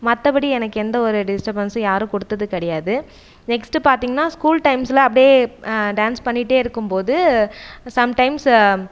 மற்றபடி எனக்கு எந்த ஒரு டிஸ்டபன்ஸும் யாரும் கொடுத்தது கிடையாது நெக்ஸ்ட்டு பார்த்தீங்கன்னா ஸ்கூல் டைஸ்ஸுல அப்படியே டான்ஸ் பண்ணிகிட்டே இருக்கும் போது சம் டைம்ஸ்